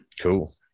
Cool